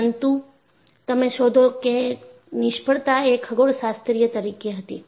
પરંતુ તમે શોધો કે નિષ્ફળતા એ ખગોળશાસ્ત્રીય તરીકે હતી